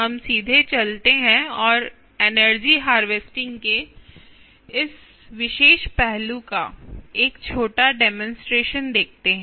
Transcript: हम सीधे चलते हैं और एनर्जी हार्वेस्टिंग के इस विशेष पहलू का एक छोटा डेमोंस्ट्रेशन देखते हैं